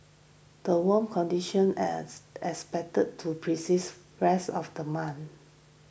the warm conditions as as expected to persist rest of the month